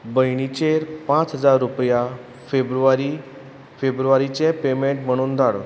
भयणीचेर पांच हजार रुपया फेब्रुवारी फेब्रुवारीचे पेमँट म्हणून धाड